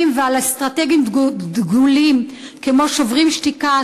ועל "אסטרטגים דגולים" כמו "שוברים שתיקה",